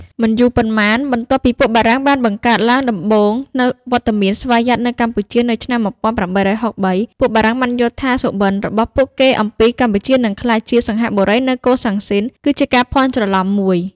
មិនយូរប៉ុន្មាន បន្ទាប់ពីពួកបារាំងបានបង្កើតឡើងដំបូងនូវវត្តមានស្វយ័តនៅកម្ពុជានៅឆ្នាំ ១៨៦៣ ពួកបារាំងបានយល់ថាសុបិន្ត របស់ពួកគេអំពីកម្ពុជានឹងក្លាយជា សិង្ហបុរីនៅកូសាំង ស៊ីន គឺជាការភាន់ច្រឡំមួយ ។